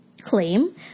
claim